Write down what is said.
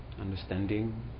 understanding